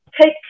take